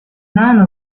none